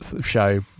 show